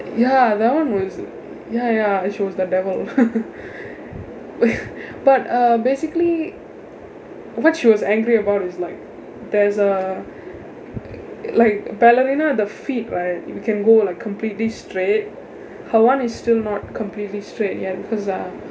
ya that [one] was ya ya she was the devil but uh basically what she was angry about is like there's a like ballerina the feet right you can go like completely straight her one is still not completely straight yet because ah